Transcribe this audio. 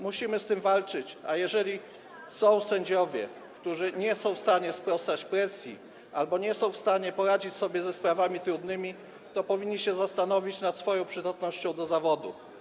Musimy z tym walczyć, a jeżeli są sędziowie, którzy nie są w stanie sprostać presji albo nie są w stanie poradzić sobie ze sprawami trudnymi, to powinni się zastanowić nad swoją przydatnością w tym zawodzie.